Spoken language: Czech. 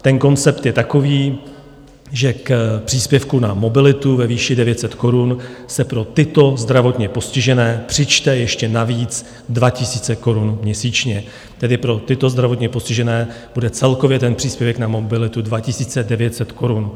Ten koncept je takový, že k příspěvku na mobilitu ve výši 900 korun se pro tyto zdravotně postižené přičtou ještě navíc 2 000 korun měsíčně, tedy pro tyto zdravotně postižené bude celkově příspěvek na mobilitu 2 900 korun.